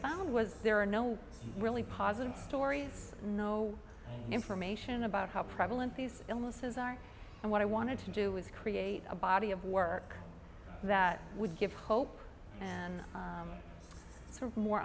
found was there are no really positive stories no information about how prevalent these illnesses are and what i wanted to do was create a body of work that would give hope and to more